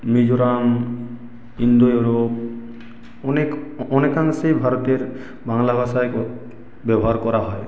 Mizoram Indo Europe অনেক অনেকাংশেই ভারতের বাংলা ভাষায় ব্যবহার করা হয়